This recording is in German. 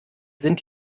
sind